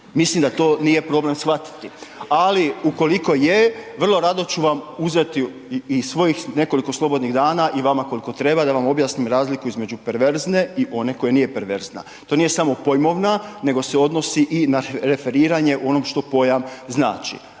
Mislim da to nije problem shvatiti ali ukoliko je, vrlo rado ću vam uzeti iz svojih nekoliko slobodnih dana i vama koliko treba da vam objasnim razliku između perverzna i one koja nije perverzna. To nije samo pojmovna, nego se odnosi i na referiranje onog što pojam znači.